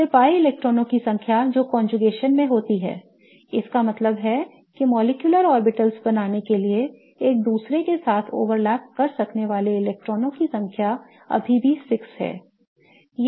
फिर pi इलेक्ट्रॉनों की संख्या जो conjugation में होती है इसका मतलब है कि molecular orbitals बनाने के लिए एक दूसरे के साथ ओवरलैप कर सकने वाले इलेक्ट्रॉनों की संख्या अभी भी 6 है